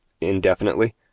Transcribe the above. indefinitely